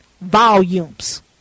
volumes